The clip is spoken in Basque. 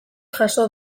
jaso